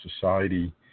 society